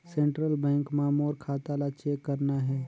Central bank मां मोर खाता ला चेक करना हे?